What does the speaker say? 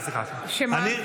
סליחה, סליחה,